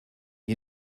you